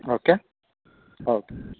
okay okay